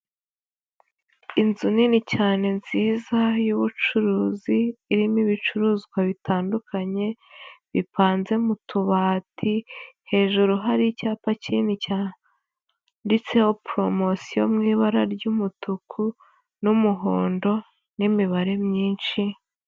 Inzu nini cyane nziza y'ubucuruzi irimo ibicuruzwa bitandukanye bipanze mu tubati, hejuru hari icyapa kinini cyanyanditseho poromosiyo, mu ibara ry'umutuku n'umuhondo n'imibare myinshi.